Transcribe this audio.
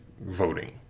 voting